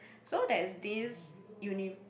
so there's this uni